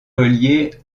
reliés